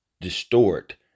distort